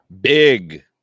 big